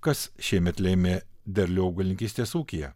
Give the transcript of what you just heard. kas šiemet lėmė derlių augalininkystės ūkyje